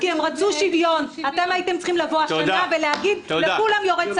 כי היא משתפת פעולה עם הוועדה,